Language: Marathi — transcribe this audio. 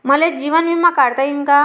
मले जीवन बिमा काढता येईन का?